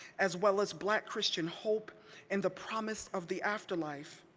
as well as black christian hope and the promise of the afterlife.